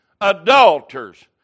adulterers